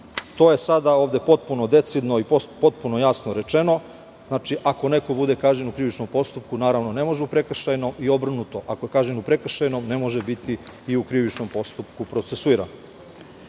je sada ovde potpuno decidno i potpuno jasno rečeno. Znači, ako neko bude kažnjen u krivičnom postupku, naravno ne može u prekršajnom i obrnuto, ako je kažnjen u prekršajnom ne može biti i u krivičnom postupku procesuiran. Dva